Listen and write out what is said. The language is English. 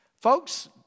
Folks